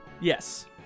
Yes